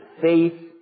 faith